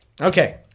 Okay